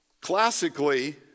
Classically